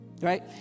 Right